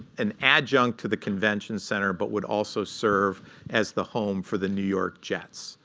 an adjunct to the convention center, but would also serve as the home for the new york jets.